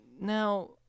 now